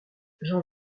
jean